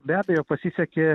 be abejo pasisekė